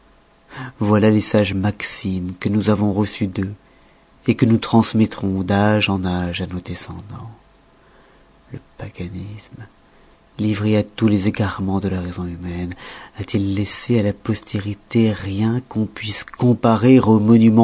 voilà les sages maximes que nous avons reçues d'eux que nous transmettons d'âge en âge à nos descendants le paganisme livré à tous les égaremens de la raison humaine a-t-il laissé à la postérité rien qu'on puisse comparer aux